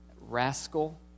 Rascal